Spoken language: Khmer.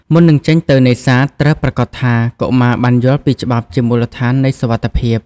មុននឹងចេញទៅនេសាទ ត្រូវប្រាកដថា កុមារបានយល់ ពីច្បាប់ជាមូលដ្ឋាននៃសុវត្ថិភាព។